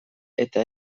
eta